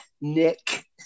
Nick